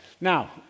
Now